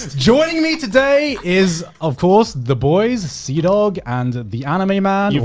joining me today is of course the boys cdawg and the anime man.